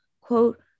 Quote